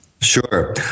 sure